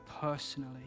personally